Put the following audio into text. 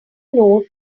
know